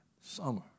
summer